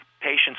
Patients